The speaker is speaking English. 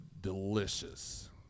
delicious